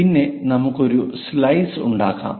പിന്നെ നമുക്ക് ഒരു സ്ലൈസ് ഉണ്ടാക്കാം